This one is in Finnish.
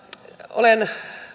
olen